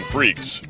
Freaks